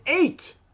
eight